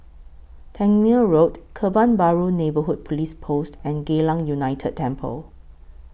Tangmere Road Kebun Baru Neighbourhood Police Post and Geylang United Temple